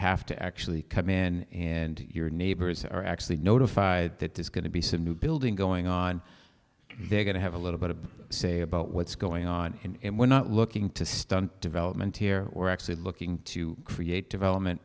have to actually come in and your neighbors are actually notified that is going to be some new building going on they're going to have a little bit of say about what's going on and we're not looking to stunt development here we're actually looking to create development